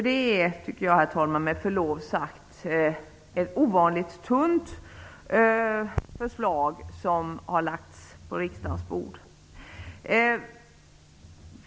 Det är med förlov sagt, herr talman, ett ovanligt tunt förslag som har lagts på riksdagens bord.